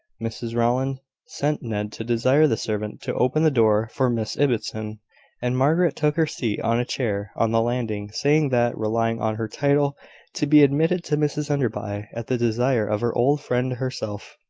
mrs rowland sent ned to desire the servant to open the door for miss ibbotson and margaret took her seat on a chair on the landing, saying that, relying on her title to be admitted to mrs enderby, at the desire of her old friend herself,